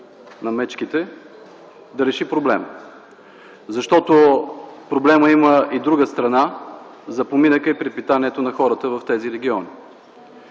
на мечките да реши проблема. Защото проблемът има и друга страна – за поминъка и препитанието на хората в тези региони.